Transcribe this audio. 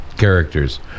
characters